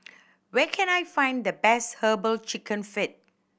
where can I find the best Herbal Chicken Feet